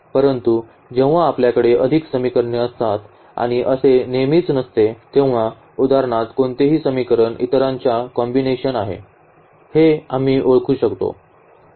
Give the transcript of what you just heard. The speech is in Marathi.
परंतु जेव्हा आपल्याकडे अधिक समीकरणे असतात आणि असे नेहमीच नसते तेव्हा उदाहरणार्थ कोणते समीकरण इतरांचे कॉम्बिनेशन आहे हे आम्ही ओळखू शकतो